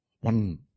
one